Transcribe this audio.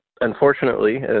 Unfortunately